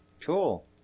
Cool